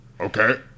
okay